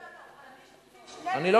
לא,